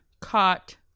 caught